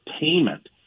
payment